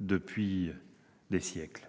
depuis des siècles.